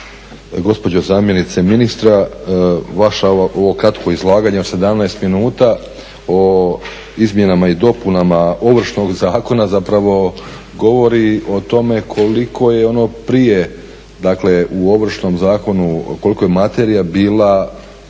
gospođo zamjenice ministra vaše ovo kratko izlaganje od 17 minuta o izmjenama i dopunama Ovršnog zakona zapravo govori o tome koliko je ono prije dakle u Ovršnom zakonu koliko je materija bila